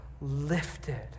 lifted